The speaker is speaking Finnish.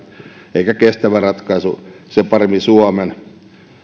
eikä kestävä ratkaisu sen paremmin suomen